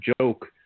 joke